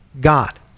God